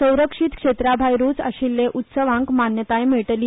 संरक्षीत क्षेत्रा भायरूच आशिल्ल्या उत्सवांक मान्यताय मेळटली